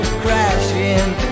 crashing